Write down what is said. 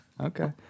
Okay